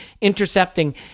intercepting